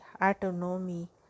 autonomy